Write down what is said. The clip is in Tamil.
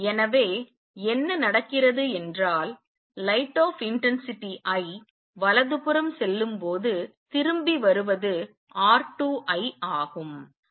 எனவே என்ன நடக்கிறது என்றால் light of intensity I வலதுபுறம் செல்லும்போது திரும்பி வருவது R2 I ஆகும்